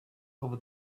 over